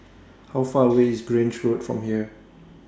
How Far away IS Grange Road from here